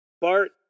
bart